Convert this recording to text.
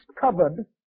covered